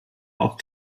auch